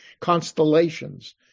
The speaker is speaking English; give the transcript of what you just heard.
constellations